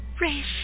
race